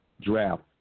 draft